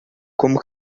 como